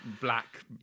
black